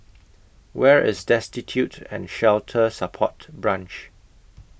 Where IS Destitute and Shelter Support Branch